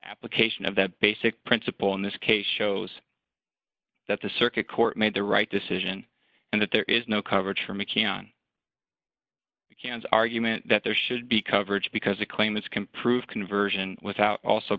application of that basic principle in this case shows that the circuit court made the right decision and that there is no coverage from a can cans argument that there should be coverage because a claim is can prove conversion without also